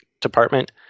department